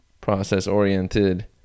process-oriented